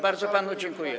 Bardzo panu dziękuję.